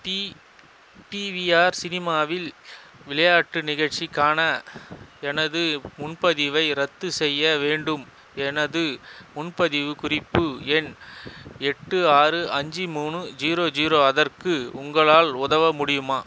D DVR சினிமாவில் விளையாட்டு நிகழ்ச்சிக்கான எனது முன்பதிவை ரத்துசெய்ய வேண்டும் எனது முன்பதிவு குறிப்பு எண் எட்டு ஆறு அஞ்சு மூணு ஜீரோ ஜீரோ அதற்கு உங்களால் உதவ முடியுமா